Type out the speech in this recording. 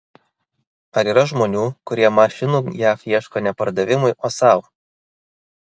ar yra žmonių kurie mašinų jav ieško ne pardavimui o sau